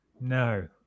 no